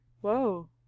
Whoa